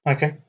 Okay